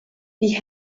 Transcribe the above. die